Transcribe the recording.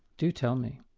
do tell me,